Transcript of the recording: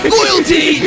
loyalty